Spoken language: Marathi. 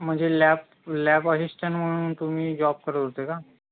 म्हणजे लॅब लॅब अशिस्टंट म्हणून तुम्ही जॉब करत होते का